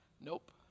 Nope